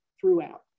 throughout